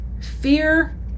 fear